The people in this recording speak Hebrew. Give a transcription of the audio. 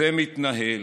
זה מתנהל.